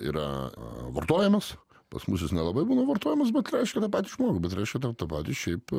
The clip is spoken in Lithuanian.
yra vartojamas pas mus jis nelabai būna vartojamas bet reiškia tą patį žmogų bet raškia tą patį šiaip